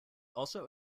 also